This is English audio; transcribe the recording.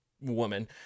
woman